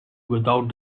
without